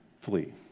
flee